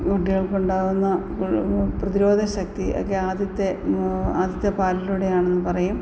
കുട്ടികൾക്കുണ്ടാകുന്ന പ്രതിരോധ ശക്തി ഒക്കെ ആദ്യത്തെ ആദ്യത്തെ പാലിലൂടെയാണെന്ന് പറയും